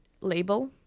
label